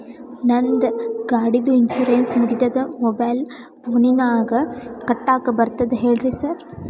ನಂದ್ ಗಾಡಿದು ಇನ್ಶೂರೆನ್ಸ್ ಮುಗಿದದ ಮೊಬೈಲ್ ಫೋನಿನಾಗ್ ಕಟ್ಟಾಕ್ ಬರ್ತದ ಹೇಳ್ರಿ ಸಾರ್?